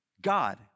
God